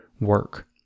work